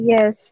Yes